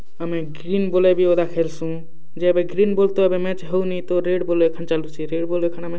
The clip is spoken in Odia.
ଆରୁ ଆମେ ଗ୍ରୀନ୍ ବଲେ ବି ଅଧା ଖେଲ୍ସୁଁ ଯେ ଏବେ ଗ୍ରୀନ୍ ବଲ୍ ତ ଏବେ ମେଚ୍ ହେଉନି ତ ରେଡ଼୍ ବଲ୍ ଏଖେନ୍ ଚାଲୁଛେ ରେଡ଼୍ ବଲ୍ ଏଖେନ୍ ଆମେ